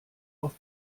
auf